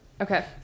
Okay